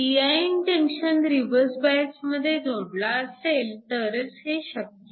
pin junction reverse बायसमध्ये जोडला असेल तरच हे शक्य आहे